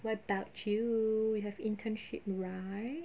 what about you you have internship right